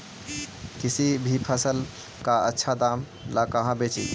किसी भी फसल के आछा दाम ला कहा बेची?